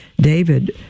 David